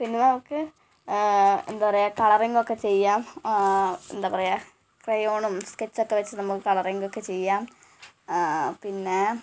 പിന്നെ നമുക്ക് എന്താണ് പറയുക കളറിങ്ങൊക്കെ ചെയ്യാം ആ എന്താണ് പറയുക ക്രയോണും സ്കെച്ചൊക്കെ വച്ച് നമുക്ക് കളറിങ്ങൊക്കെ ചെയ്യാം പിന്നെ